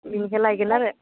बेनिखायनो लाइगोन आरो